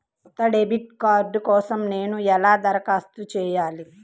కొత్త debit card కోసం నేను ఎలా దరఖాస్తు చేయాలి?